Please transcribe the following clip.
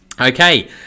Okay